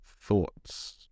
thoughts